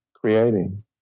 creating